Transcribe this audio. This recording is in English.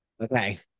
Okay